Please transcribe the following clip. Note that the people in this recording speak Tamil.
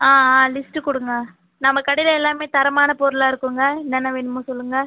ஆ ஆ லிஸ்ட் கொடுங்கள் நம்ம கடையில் எல்லாமே தரமான பொருளாக இருக்குங்க என்னென்ன வேணுமோ சொல்லுங்கள்